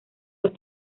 los